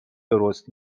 درست